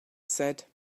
said